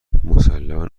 مسلما